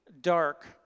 dark